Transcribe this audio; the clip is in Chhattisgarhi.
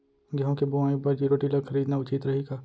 गेहूँ के बुवाई बर जीरो टिलर खरीदना उचित रही का?